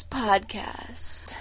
podcast